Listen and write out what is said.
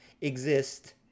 exist